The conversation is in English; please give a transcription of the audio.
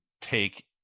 take